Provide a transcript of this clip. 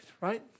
right